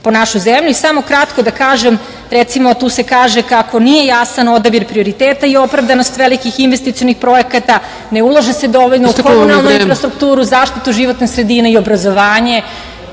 po našu zemlju. Samo kratko da kažem, recimo, tu se kaže kako nije jasan odabir prioriteta i opravdanost velikih investicionih projekata, ne ulaže se dovoljno u infrastrukturu, zaštitu životne sredine i obrazovanje.(Predsednik: